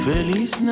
Feliz